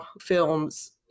films